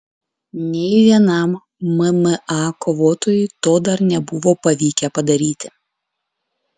nei vienam mma kovotojui to dar nebuvo pavykę padaryti